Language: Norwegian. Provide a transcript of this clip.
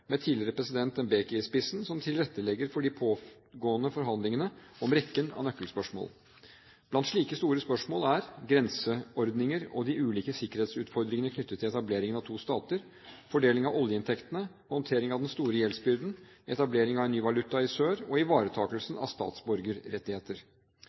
med tidligere president Mbeki i spissen, som tilrettelegger for de pågående forhandlingene om rekken av nøkkelspørsmål. Blant slike store spørsmål er grenseordninger og de ulike sikkerhetsutfordringene knyttet til etableringen av to stater, fordeling av oljeinntektene, håndtering av den store gjeldsbyrden, etablering av en ny valuta i sør og